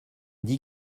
dit